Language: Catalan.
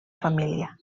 família